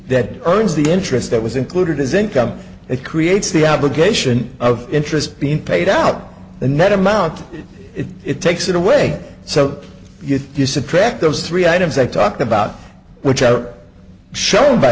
that earns the interest that was included as income it creates the obligation of interest being paid out the net amount it takes it away so you just attract those three items i talked about which are shown by